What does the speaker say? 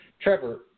Trevor